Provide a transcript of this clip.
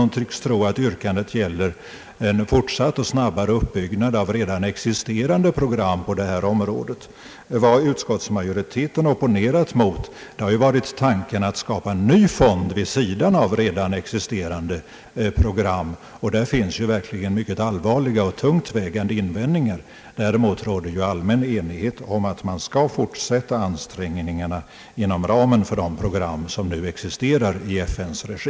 Hon tycks tro att yrkandet gäller en fortsatt och snabbare uppbyggnad av redan existerande program på detta område. Vad utskottsmajoriteten opponerat mot har varit tanken att skapa en ny fond vid sidan av redan existerande program, och där finns verkligen mycket allvarliga och tungt vägande invändningar. Däremot råder ju allmän enighet om att man skall fortsätta ansträngningarna inom ramen för de program som nu existerar i FN:s regi.